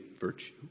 virtue